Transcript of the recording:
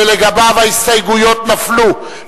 שלגביו ההסתייגויות נפלו,